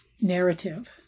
narrative